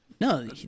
No